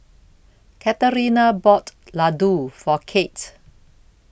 Katarina bought Ladoo For Kate